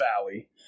valley